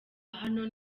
hano